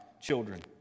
children